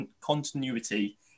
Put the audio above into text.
continuity